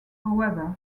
however